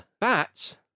bats